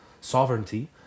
sovereignty